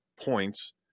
points